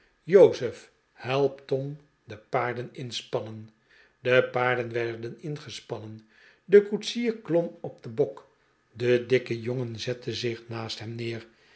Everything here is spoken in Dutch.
jozef help tom de paarden inspannen de paarden werden ingespannen de koetsier klom op den bok de dikke jongen ze tte zich naast hem neer